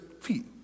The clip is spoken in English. feet